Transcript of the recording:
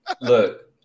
Look